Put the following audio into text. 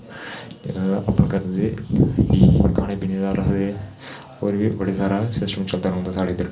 अपना करदे कि खाने पीने दा रक्खदे होर बी बड़ा सारा सिस्टम चलदा रौंह्दा साढ़े इद्धर